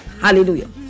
Hallelujah